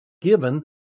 given